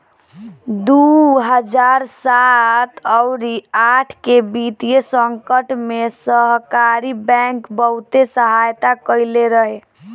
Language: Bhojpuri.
दू हजार सात अउरी आठ के वित्तीय संकट में सहकारी बैंक बहुते सहायता कईले रहे